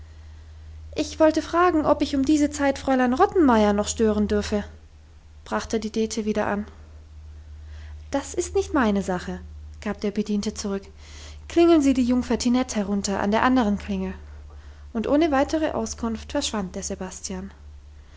ich wollte fragen ob ich um diese zeit fräulein rottenmeier noch stören dürfe brachte die dete wieder an das ist nicht meine sache gab der bediente zurück klingeln sie die jungfer tinette herunter an der anderen klingel und ohne weitere auskunft verschwand der sebastian